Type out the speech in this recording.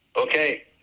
Okay